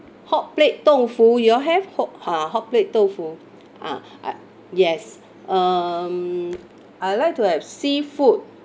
hot plate tofu you all have hope ah hotplate tofu ah yes um I'd like to have seafood